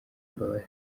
imbabazi